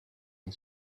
and